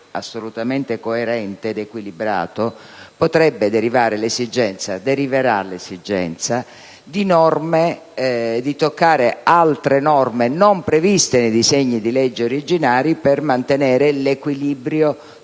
assolutamente coerente ed equilibrato, ne deriverebbe sicuramente l'esigenza, di toccare altre norme non previste nei disegni di legge originari, per mantenere l'equilibrio